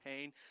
pain